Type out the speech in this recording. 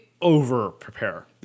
over-prepare